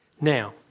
Now